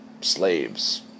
slaves